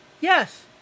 Yes